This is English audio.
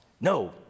no